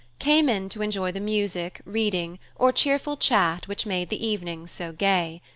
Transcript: came in to enjoy the music, reading, or cheerful chat which made the evenings so gay.